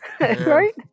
right